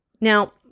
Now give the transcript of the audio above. Now